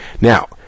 now